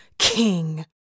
king